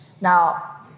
Now